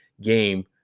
game